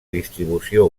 distribució